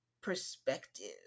perspective